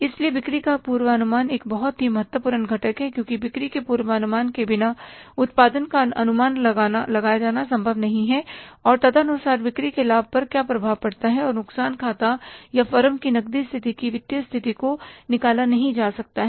इसलिए बिक्री का पूर्वानुमान एक बहुत ही महत्वपूर्ण घटक है क्योंकि बिक्री के पूर्वानुमान के बिना उत्पादन का अनुमान लगाया जाना संभव नहीं है और तदनुसार बिक्री के लाभ पर प्रभाव पड़ता है और नुकसान खाता या फर्म की नकदी स्थिति की वित्तीय स्थिति को निकाला नहीं जा सकता है